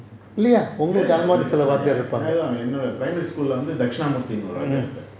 ya ya என்னோட:ennoda primary school ல வந்து:la vanthu dhakshanamoorthi ன்டு ஒரு ஆள் இருப்பார்:ndu oru aal iruppar